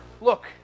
Look